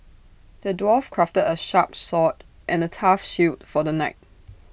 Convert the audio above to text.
the dwarf crafted A sharp sword and A tough shield for the knight